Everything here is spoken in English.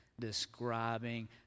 describing